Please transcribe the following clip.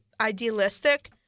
idealistic